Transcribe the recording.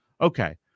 okay